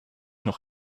noch